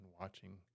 watching